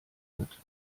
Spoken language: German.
hört